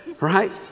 right